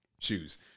shoes